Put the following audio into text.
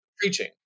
preaching